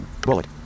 Bullet